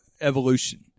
evolution